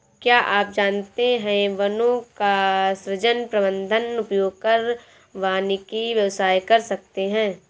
क्या आप जानते है वनों का सृजन, प्रबन्धन, उपयोग कर वानिकी व्यवसाय कर सकते है?